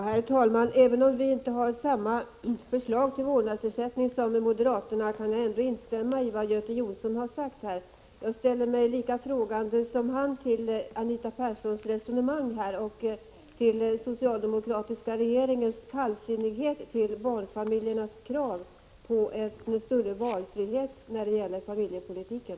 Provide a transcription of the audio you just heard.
Herr talman! Även om vi inte har samma förslag till vårdnadsersättning som moderaterna kan jag instämma i vad Göte Jonsson har sagt här. Jag ställer mig lika frågande som han till Anita Perssons resonemang och till den socialdemokratiska regeringens kallsinnighet till barnfamiljernas krav på en större valfrihet när det gäller familjepolitiken.